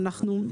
ואנחנו,